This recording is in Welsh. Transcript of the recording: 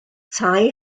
tai